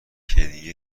هدیه